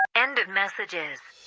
end of messages